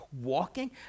Walking